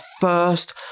first